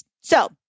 So-